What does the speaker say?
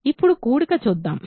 ఇప్పుడు కూడిక చూద్దాం